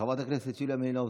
חברת הכנסת יוליה מלינובסקי,